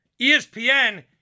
ESPN